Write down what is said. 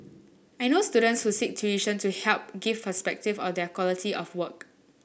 I know students who seek tuition to help give perspective of their quality of work